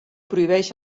prohibeix